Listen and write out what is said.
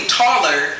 taller